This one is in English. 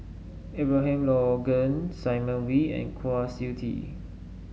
Abraham Logan Simon Wee and Kwa Siew Tee